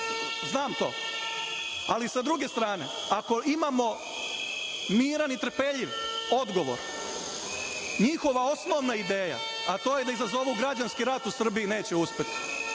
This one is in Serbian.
Znam to. Ali, sa druge strane, ako imamo miran i trpeljiv odgovor, njihova osnovna ideja, a to je da izazovu građanski rat u Srbiji, neće uspeti.